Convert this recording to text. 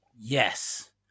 Yes